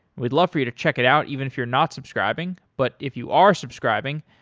we'd love for you to check it out even if you're not subscribing, but if you are subscribing,